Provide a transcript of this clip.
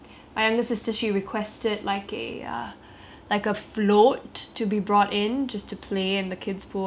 like a float to be brought in just to play at the kids pool and and there was a staff about that I thought that was very nice ya